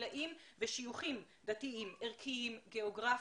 גילים ושיוכים דתיים, ערכיים, גיאוגרפיים,